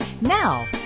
Now